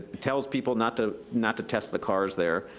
tells people not to not to test the cars there.